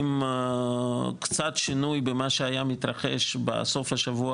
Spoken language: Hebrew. אם היה קצת שינוי במה שהתרחש בסוף השבוע